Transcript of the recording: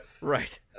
right